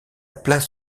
place